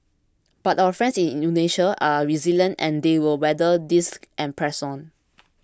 but our friends in Indonesia are resilient and they will weather this and press on